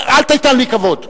גם לי יש כבוד אליך.